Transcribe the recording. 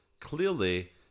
Clearly